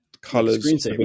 colors